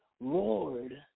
lord